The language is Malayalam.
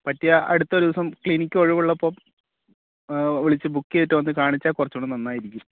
പറ്റിയാൽ അടുത്ത ദിവസം ക്ലിനിക് ഒഴിവുള്ളപ്പം വിളിച്ചു ബുക്ക് ചെയ്തിട്ട് വന്നു കാണിച്ചാൽ കുറച്ചു കൂടെ നന്നായിരിക്കും